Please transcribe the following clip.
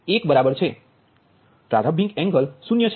પ્રારંભિક એન્ગલ 0 છે